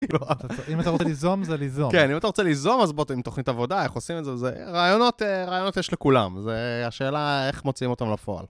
אם אתה רוצה ליזום, זה ליזום. כן, אם אתה רוצה ליזום, אז בוא תן תוכנית עבודה, איך עושים את זה. רעיונות יש לכולם, זה השאלה איך מוצאים אותם לפועל.